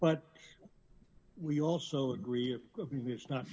but we also agree if it's not